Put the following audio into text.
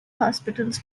hospitals